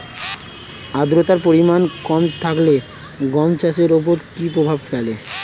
আদ্রতার পরিমাণ কম থাকলে গম চাষের ওপর কী প্রভাব ফেলে?